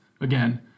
Again